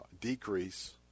decrease